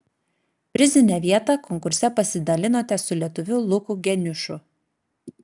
prizinę vietą konkurse pasidalinote su lietuviu luku geniušu